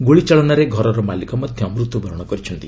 ଗୁଳିଚାଳନାରେ ଘରର ମାଲିକ ମଧ୍ୟ ମୃତ୍ୟୁ ବରଣ କରିଛନ୍ତି